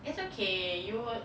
it's okay you'll